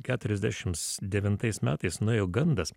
keturiasdešimt devintais metais nuėjo gandas